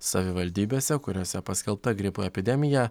savivaldybėse kuriose paskelbta gripo epidemija